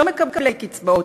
לא מקבלי קצבאות,